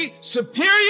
superior